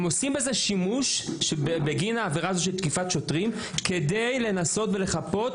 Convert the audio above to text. הם עושים שימוש בעבירה של תקיפת שוטרים כדי לנסות לחפות